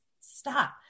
stop